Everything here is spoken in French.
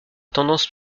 tendance